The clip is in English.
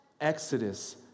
Exodus